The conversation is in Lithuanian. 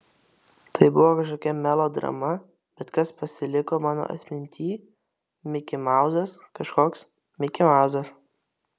tai buvo kažkokia melodrama bet kas pasiliko mano atmintyj mikimauzas kažkoks mikimauzas